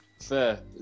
Fair